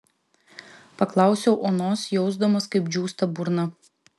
paklausiau onos jausdamas kaip džiūsta burna